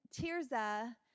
Tirza